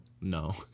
No